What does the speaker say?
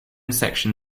section